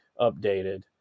updated